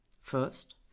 first